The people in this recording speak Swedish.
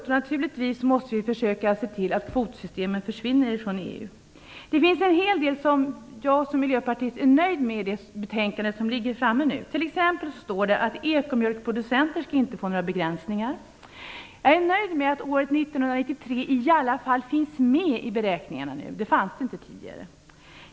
Vi måste naturligtvis försöka se till att kvotsystemen försvinner från EU. Det finns en hel del som jag som miljöpartist är nöjd med i det betänkande som nu ligger framme. Det står t.ex. att ekomjölkproducenter inte skall få några begränsningar. Jag är nöjd med att år 1993 i alla fall finns med i beräkningarna. Det var inte med tidigare.